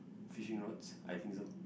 fishing rods I think so